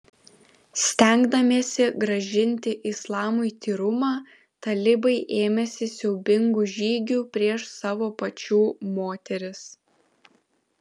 stengdamiesi grąžinti islamui tyrumą talibai ėmėsi siaubingų žygių prieš savo pačių moteris